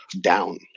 down